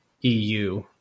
EU